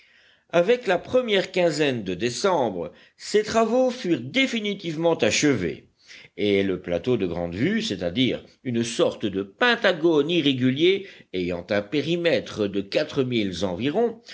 avec la première quinzaine de décembre ces travaux furent définitivement achevés et le plateau de grande vue c'est-à-dire une sorte de pentagone irrégulier ayant un périmètre de quatre milles environ